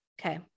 Okay